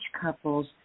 couples